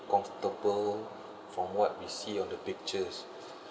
comfortable from what we see on the pictures